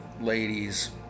ladies